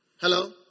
Hello